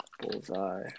Bullseye